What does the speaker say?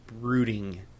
brooding